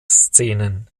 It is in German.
szenen